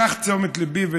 משך את תשומת ליבי,